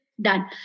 done